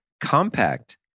compact